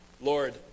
Lord